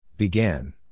Began